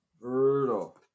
Brutal